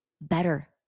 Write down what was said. better